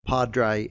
Padre